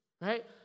right